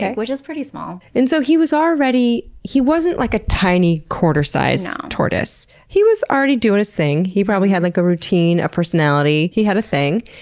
which is pretty small. and so he was already, he wasn't like a tiny, quarter-sized tortoise. he was already doing his thing. he probably had like a routine, a personality, he had a thing.